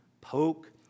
poke